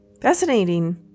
Fascinating